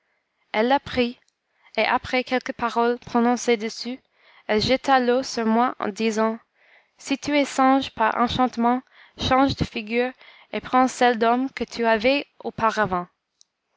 elle la prit et après quelques paroles prononcées dessus elle jeta l'eau sur moi en disant si tu es singe par enchantement change de figure et prends celle d'homme que tu avais auparavant